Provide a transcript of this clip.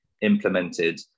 implemented